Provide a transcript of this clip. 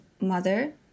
mother